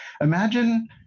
imagine